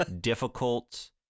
difficult